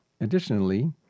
Additionally